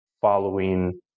following